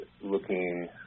looking